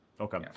Okay